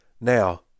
Now